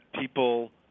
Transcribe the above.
people